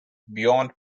beyond